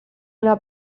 una